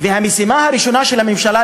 והמשימה הראשונה של הממשלה,